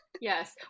Yes